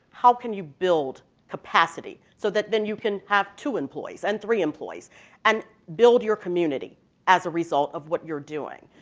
how can you build capacity so that then you can have two employees and three employees and build your community as a result of what you're doing?